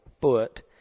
foot